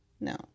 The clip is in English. no